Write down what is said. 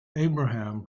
abraham